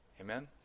Amen